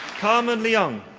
carmen leong.